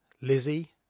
Lizzie